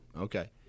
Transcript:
Okay